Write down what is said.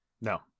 no